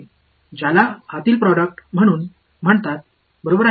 இப்போது inner product என்று ஒன்று அழைக்கப்படுகிறது